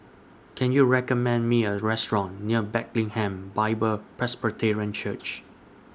Can YOU recommend Me A Restaurant near Bethlehem Bible Presbyterian Church